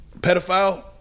pedophile